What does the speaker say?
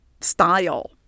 style